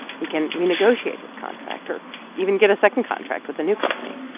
he can renegotiate his contract or even get a second contract with a new company.